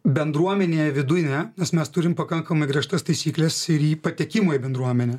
bendruomenėje viduj ne nes mes turime pakankamai griežtas taisykles ir į patekimo į bendruomenę